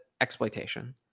exploitation